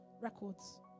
Records